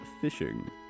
fishing